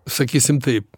sakysim taip